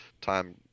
time